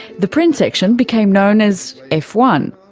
the print section became known as f one.